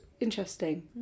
interesting